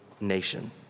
nation